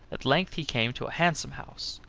at length he came to a handsome house.